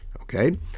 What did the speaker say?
Okay